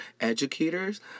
educators